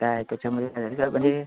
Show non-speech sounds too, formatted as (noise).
काय आहे त्याच्यामध्ये (unintelligible) म्हणजे